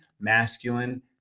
masculine